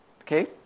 Okay